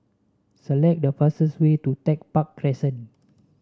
select the fastest way to Tech Park Crescent